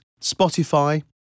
Spotify